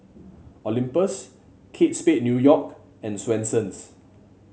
Olympus Kate Spade New York and Swensens